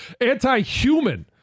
anti-human